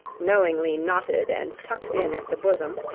knowingly knotted and tucked in at the bosom